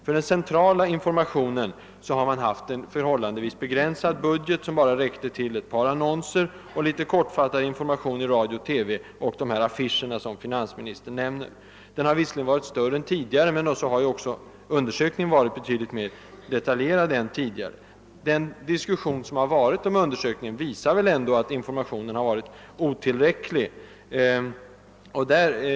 För den centrala informationen har man haft en förhållandevis begränsad budget som bara har räckt till ett par annonser, viss kortfattad informa: tion i radio och TV och de affischer som finansministern nämnde. Informationen har visserligen varit mer omfattande än tidigare, men så har också undersökningen varit mer detaljerad än de föregående. Den diskussion som har förekommit i samband med denna undersökning visar väl ändå att informationen har varit otillräcklig.